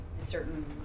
certain